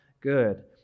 good